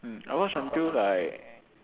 mm I watch until like